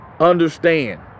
Understand